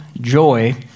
joy